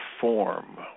form